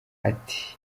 ati